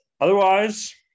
otherwise